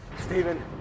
Stephen